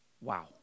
Wow